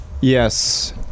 Yes